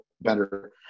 better